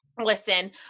Listen